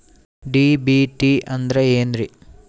DBT ಅಂದ್ರ ಏನ್ರಿ?